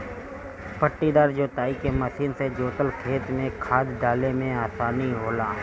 पट्टीदार जोताई के मशीन से जोतल खेत में खाद डाले में आसानी होला